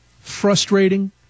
frustrating